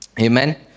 Amen